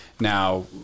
Now